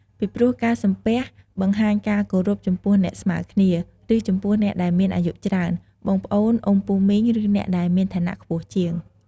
ពីព្រោះការសំពះ បង្ហាញការគោរពចំពោះអ្នកស្មើគ្នា ឬចំពោះអ្នកដែលមានអាយុច្រើន បងប្អូន អ៊ំ ពូមីង ឬអ្នកដែលមានឋានៈខ្ពស់ជាង។